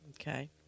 Okay